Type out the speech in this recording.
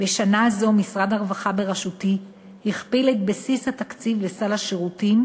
בשנה זו משרד הרווחה בראשותי הכפיל את בסיס התקציב לסל השירותים,